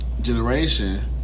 generation